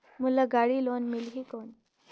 मोला गाड़ी लोन मिलही कौन?